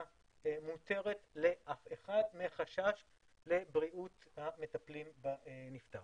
מותרת לאף אחד מחשש לבריאות המטפלים בנפטר.